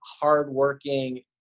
hardworking